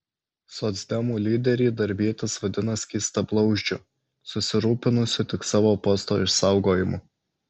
socdemų lyderį darbietis vadina skystablauzdžiu susirūpinusiu tik savo posto išsaugojimu